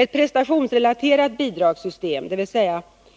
Ett prestationsrelaterat bidragssystem, dvs.